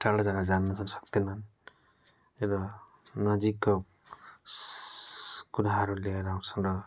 टाढो जग्गा जानु पनि सक्थेनन् र नजिकको कुराहरू लिएर आउँथे र